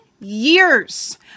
years